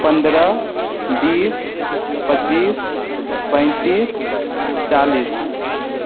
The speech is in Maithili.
पन्द्रह बीस पच्चीस पैतीस चालीस